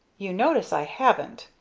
you notice i haven't,